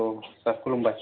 औ सार खुलुमबाय